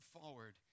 forward